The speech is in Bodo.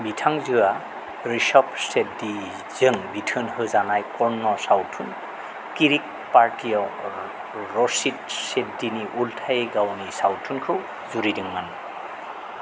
बिथांजोआ ऋिषभ शेट्टीजों बिथोन होजानाय कन्नड़ सावथुन किरिक पार्टीयाव रक्षित शेट्टीनि उल्थायै गावनि सावथुनखौ जुरिदोंमोन